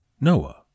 Noah